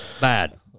Bad